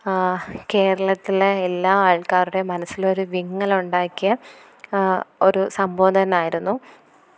കേരളത്തിലെ എല്ലാ ആള്ക്കാരുടെയും മനസ്സിലൊരു വിങ്ങലുണ്ടാക്കിയ ഒരു സംഭവം തന്നെയായിരുന്നു